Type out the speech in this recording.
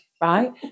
right